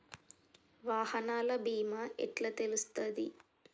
వాహనాల బీమా ఎట్ల తెలుస్తది?